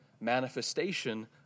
manifestation